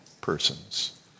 persons